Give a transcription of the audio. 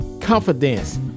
confidence